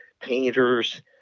painters